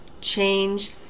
change